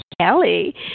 Kelly